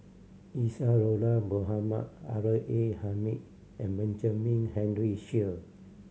Isadhora Mohamed R A Hamid and Benjamin Henry Sheare